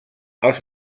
els